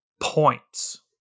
points